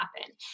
happen